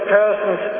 persons